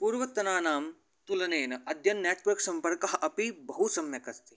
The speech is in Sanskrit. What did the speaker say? पूर्वतनानां तुलनेन अद्य नेट्वर्क् सम्पर्कः अपि बहु सम्यक् अस्ति